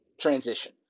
transition